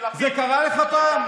זה קרה לך פעם?